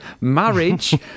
marriage